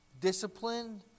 disciplined